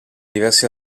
diversi